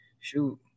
Shoot